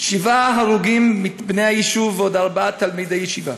שבעה הרוגים מבני היישוב ועוד ארבעה תלמידי ישיבה.